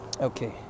Okay